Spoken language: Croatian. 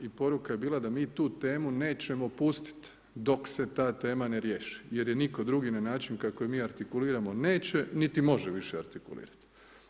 I poruka je bila da mi tu temu nećemo pustiti dok se ta tema ne riješi, jer ju nitko drugi na način kako je mi artikulirao neće niti može više artikulirati.